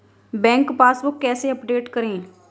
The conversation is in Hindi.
बैंक पासबुक कैसे अपडेट करें?